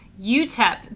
UTEP